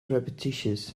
repetitious